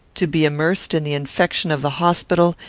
to be immersed in the infection of the hospital,